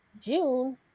june